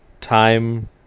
time